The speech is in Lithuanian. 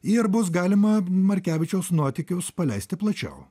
ir bus galima markevičiaus nuotykius paleisti plačiau